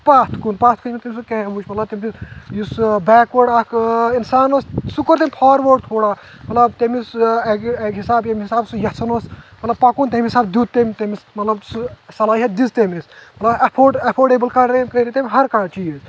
پتھ کُن پتھ کُن یِم مےٚ تٔمۍ سٕنٛدۍ کامہِ وٕچھ مطلب تٔمۍ چھُ یُس سُہ بیکوٲڑ اکھ انسان اوس سُہ کوٚر تٔمۍ فاروٲڑ تھوڑا مطلب تٔمِس اکہِ اکہِ حساب ییٚمہِ حساب سُہ یژھان اوس ملطب پکُن تمہِ حساب دِیُت تٔمۍ تٔمِس مطلب سُہ صلٲحیت دِژ تٔمۍ تٔمِس اٮ۪فٲڈ اٮ۪فوڈیبٕل کر کٔرۍ تٔمۍ ہر کانٛہہ چیٖز